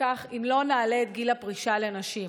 בכך אם לא נעלה את גיל הפרישה לנשים.